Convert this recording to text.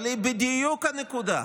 אבל זו בדיוק הנקודה,